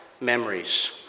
memories